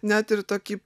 net ir tokį